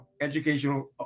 educational